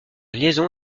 liaison